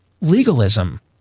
legalism